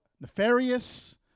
nefarious